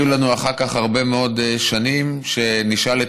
יהיו לנו אחר כך הרבה מאוד שנים שנשאל את